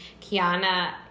Kiana